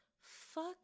Fuck